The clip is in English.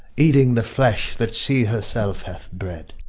eating the flesh that she herself hath bred.